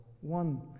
one